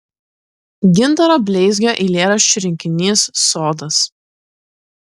gintaro bleizgio eilėraščių rinkinys sodas